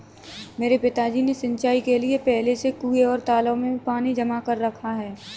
मेरे पिताजी ने सिंचाई के लिए पहले से कुंए और तालाबों में पानी जमा कर रखा है